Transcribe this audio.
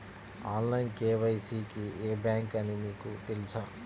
Online KYC కి ఏ bank అని మీకు తెలుసా?